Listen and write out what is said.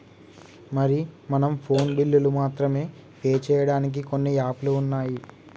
మరి మనం ఫోన్ బిల్లులు మాత్రమే పే చేయడానికి కొన్ని యాప్లు ఉన్నాయి